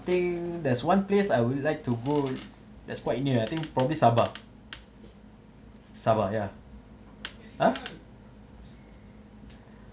I think there's one place I would like to go that's quite near I think probably sabah sabah ya !huh!